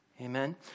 Amen